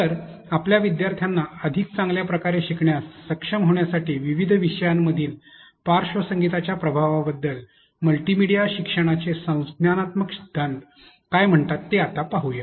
तर आता आपल्या विद्यार्थ्यांना अधिक चांगल्या प्रकारे शिकण्यास सक्षम होण्यासाठी विविध विषयांमधील पार्श्वसंगीताच्या प्रभावाबद्दल मल्टीमीडिया शिक्षणाचे संज्ञानात्मक सिद्धांत काय म्हणतात ते आता पाहूया